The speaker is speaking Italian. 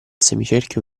semicerchio